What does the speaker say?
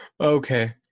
Okay